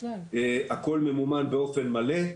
הכל ממומן באופן מלא.